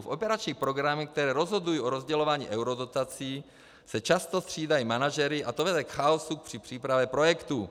Operační programy, které rozhodují o rozdělování eurodotací, často střídají manažery a to vede k chaosu při přípravě projektů.